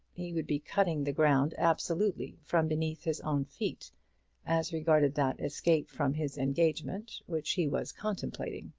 he would be cutting the ground absolutely from beneath his own feet as regarded that escape from his engagement which he was contemplating.